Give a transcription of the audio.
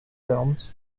films